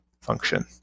function